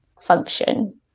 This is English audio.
function